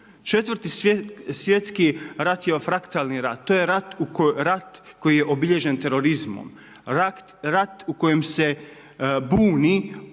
Četvrti svjetski rat je fraktalni rat, to je rat koji je obilježen terorizmom, rat u kojem se buni